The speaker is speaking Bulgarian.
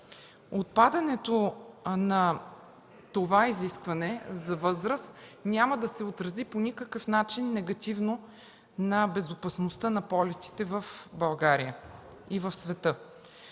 Отпадането на изискването за възраст няма да се отрази по никакъв начин негативно на безопасността на полетите в България и в света.